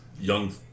Young